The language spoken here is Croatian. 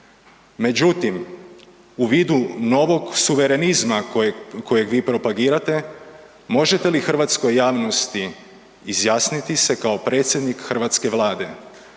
Međutim, u vidu novog suverenizma kojeg vi propagirate možete li hrvatskoj javnosti izjasniti se kao predsjednik hrvatske Vlade